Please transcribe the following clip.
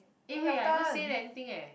eh wait I haven't say anything eh